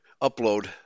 upload